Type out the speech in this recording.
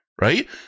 right